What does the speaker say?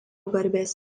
garbės